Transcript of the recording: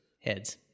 Heads